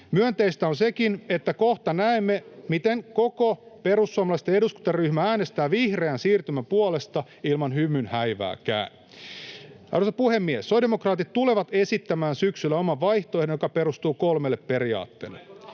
Myönteistä on sekin, että kohta näemme, miten koko perussuomalaisten eduskuntaryhmä äänestää vihreän siirtymän puolesta ilman hymyn häivääkään. Arvoisa puhemies! Sosiaalidemokraatit tulevat esittämään syksyllä oman vaihtoehdon, joka perustuu kolmelle periaatteelle: